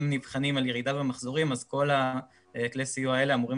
נבחנים על ירידה במחזורים אז כל כלי הסיוע האלה אמורים